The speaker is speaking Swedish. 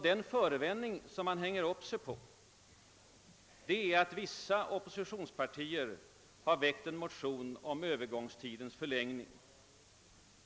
Den förevändning man tillgriper är att vissa oppositionspartier väckt en motion om förlängning av övergångstiden.